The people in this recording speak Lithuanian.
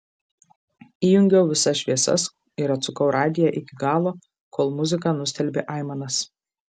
įjungiau visas šviesas ir atsukau radiją iki galo kol muzika nustelbė aimanas